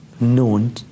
known